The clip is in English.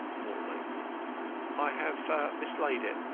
mortlake i have mislaid it,